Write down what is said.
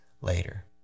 later